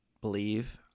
believe